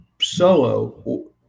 solo